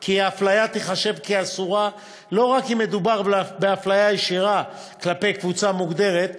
כי אפליה תיחשב כאסורה לא רק אם מדובר באפליה ישירה כלפי קבוצה מוגדרת,